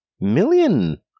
million